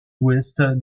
ouest